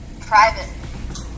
private